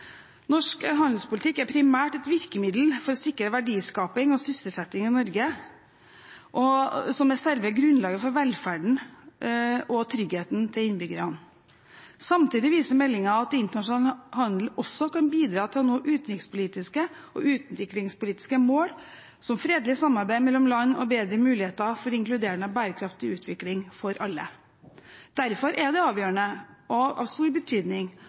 Norsk handelspolitikk er primært et virkemiddel for å sikre verdiskaping og sysselsetting i Norge, som er selve grunnlaget for velferden og tryggheten til innbyggerne. Samtidig viser meldingen at internasjonal handel også kan bidra til å nå utenrikspolitiske og utviklingspolitiske mål som fredelig samarbeid mellom land og bedre muligheter for inkluderende bærekraftig utvikling for alle. Derfor er det avgjørende og av stor betydning